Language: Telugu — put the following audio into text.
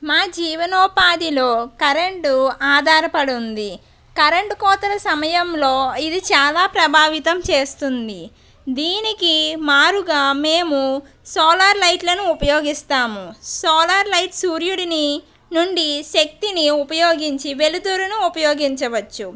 మా జీవనోపాధిలో కరెంటు ఆధారపడుంది కరెంటు కోతల సమయంలో ఇది చాలా ప్రభావితం చేస్తుంది దీనికి మారుగా మేము సోలార్ లైట్లను ఉపయోగిస్తాము సోలార్ లైట్ సూర్యుడి నుండి శక్తిని ఉపయోగించి వెలుతురును ఉపయోగించవచ్చు